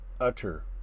utter